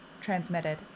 Transmitted